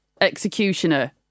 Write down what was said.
executioner